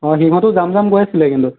অ সিহঁতেও যাম যাম কৈ আছিলে কিন্তু